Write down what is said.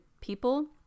people